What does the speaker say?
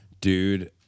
dude